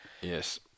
Yes